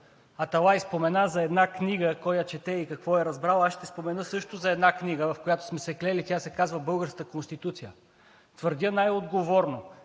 Аталай спомена за една книга – кой я чете и какво е разбрал, аз ще спомена също за една книга, в която сме се клели, тя се казва българската Конституция. Твърдя най-отговорно,